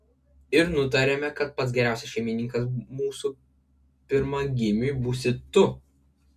ir nutarėme kad pats geriausias šeimininkas mūsų pirmagimiui būsi tu